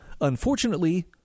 Unfortunately